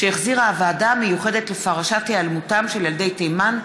שהחזירה הוועדה המיוחדת לפרשת היעלמותם של ילדי תימן,